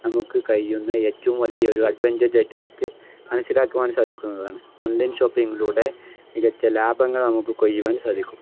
നമുക്ക് കഴിയുന്ന ഏറ്റവും വലിയ ഒരു അഡ്വഞ്ചർജ ആയിട്ട് നമുക്ക് മനസ്സിലാക്കുവാൻ സാധിക്കുന്നതാണ് ഓൺലൈൻ ഷോപ്പിങ്ങിലൂടെ മികച്ച ലാഭങ്ങൾ നമുക്ക് കൊയ്യുവാൻ സാധിക്കും